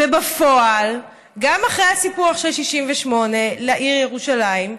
בפועל, גם אחרי הסיפוח של 1968 לעיר ירושלים,